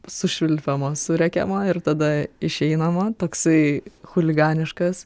sušvilpiama surėkiama ir tada išeinama toksai chuliganiškas